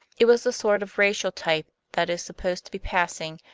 it was the sort of racial type that is supposed to be passing,